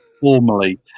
formally